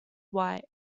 white